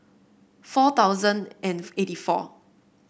four thousand and eighty four